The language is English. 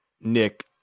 Nick